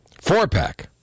four-pack